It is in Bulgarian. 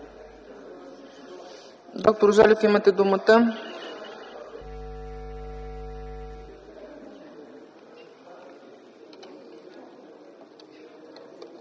Доктор Желев, имате думата.